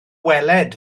weled